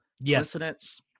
Yes